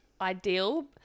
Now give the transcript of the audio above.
ideal